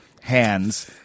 hands